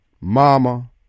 Mama